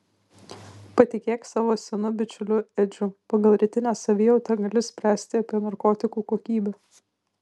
patikėk savo senu bičiuliu edžiu pagal rytinę savijautą gali spręsti apie narkotikų kokybę